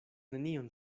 nenion